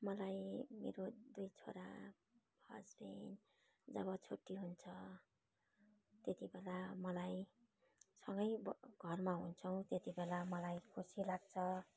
मलाई मेरो दुई छोरा हस्बेन्ड जब छुट्टी हुन्छ तेतिबेला मलाई सँगै घरमा हुन्छौँ तेतिबेला मलाई खुसी लाग्छ